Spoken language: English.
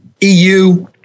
EU